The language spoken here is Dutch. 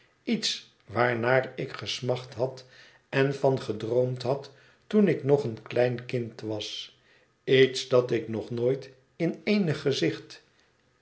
iets waarnaar ik gesmacht had en van gedroomd had toen ik nog een klein kind was iets dat ik nog nooit in eenig gezicht